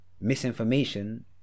Misinformation